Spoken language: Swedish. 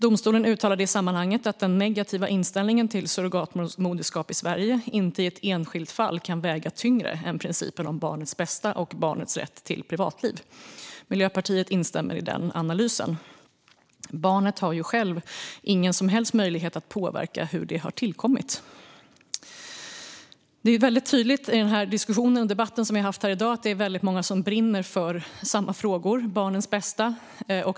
Domstolen uttalade i sammanhanget att den negativa inställningen till surrogatmoderskap i Sverige inte i ett enskilt fall kan väga tyngre än principen om barnets bästa och barnets rätt till privatliv. Miljöpartiet instämmer i den analysen. Barnet har ju ingen som helst möjlighet att påverka hur det har tillkommit. I den diskussion och debatt som vi har haft i dag har det varit tydligt att det är väldigt många som brinner för samma frågor, alltså för barnens bästa.